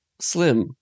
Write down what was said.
Slim